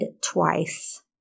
twice